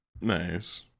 Nice